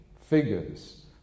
figures